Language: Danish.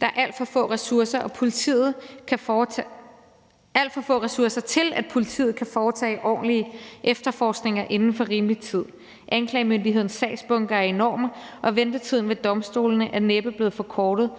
Der er alt for få ressourcer til, at politiet kan foretage ordentlige efterforskninger inden for rimelig tid. Anklagemyndighedens sagsbunker er enorme, og ventetiden ved domstolene er næppe blevet forkortet